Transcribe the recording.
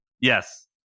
yes